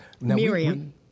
Miriam